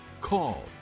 call